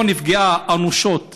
שבה נפגעה אנושות